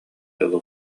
дылы